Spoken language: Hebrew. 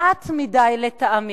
מעט מדי, לטעמי,